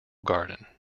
garden